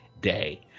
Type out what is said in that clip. day